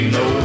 no